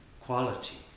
quality